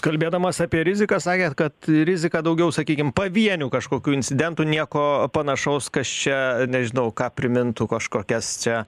kalbėdamas apie riziką sakėt kad rizika daugiau sakykim pavienių kažkokių incidentų nieko panašaus kas čia nežinau ką primintų kažkokias čia